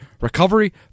recovery